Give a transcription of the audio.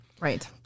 Right